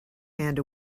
hand